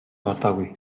бодоогүй